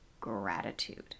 gratitude